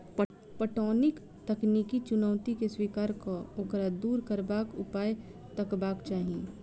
पटौनीक तकनीकी चुनौती के स्वीकार क ओकरा दूर करबाक उपाय तकबाक चाही